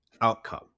outcome